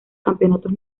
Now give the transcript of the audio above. campeonatos